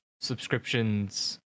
subscriptions